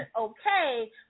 okay